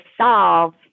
solve